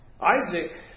Isaac